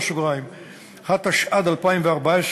התשע"ד 2014,